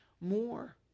more